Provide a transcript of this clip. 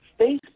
Facebook